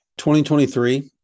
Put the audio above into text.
2023